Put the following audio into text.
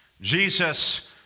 Jesus